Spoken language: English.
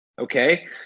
okay